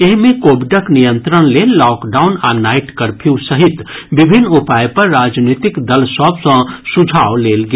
एहि मे कोविडक नियंत्रण लेल लॉकडाउन आ नाईट कर्फ्यू सहित विभिन्न उपाय पर राजनीतिक दल सभ सँ सुझाव लेल गेल